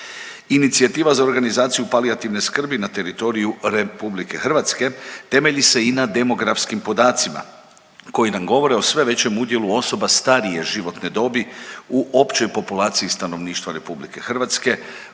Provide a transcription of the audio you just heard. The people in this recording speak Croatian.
Inicijativa za organizaciju palijativne skrbi na teritoriju RH temelji se i na demografskim podacima koji nam govore o sve većem udjelu osoba starije životne dobi u općoj populaciji stanovništva RH,